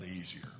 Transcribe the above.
easier